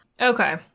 Okay